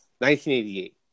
1988